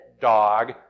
dog